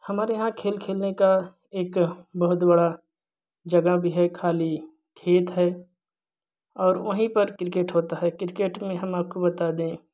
हमारे यहाँ खेल खेलने का एक बहुत बड़ा जगह भी है खाली खेत है और वहीं पर क्रिकेट होता है क्रिकेट में हम आपको बता दे